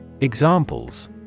Examples